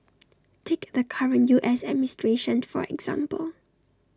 take the current U S administration for example